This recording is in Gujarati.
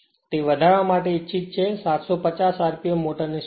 તે વધારવા માટે ઇચ્છિત છે 750 rpm મોટરની સ્પીડ